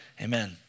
Amen